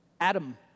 Adam